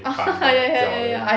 ya ya ya